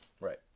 right